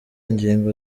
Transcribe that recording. ingingo